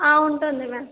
ఉంటుంది మ్యామ్